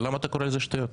למה אתה קורא לזה שטויות?